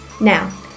now